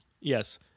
Yes